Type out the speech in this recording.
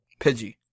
Pidgey